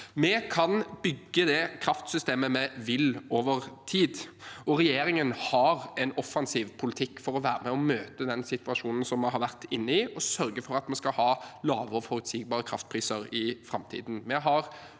Vi kan bygge det kraftsystemet vi vil, over tid, og regjeringen har en offensiv politikk for å være med og møte den situasjonen vi har vært i, og sørge for at vi skal ha lave og forutsigbare kraftpriser i framtiden.